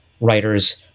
writers